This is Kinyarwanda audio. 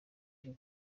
riva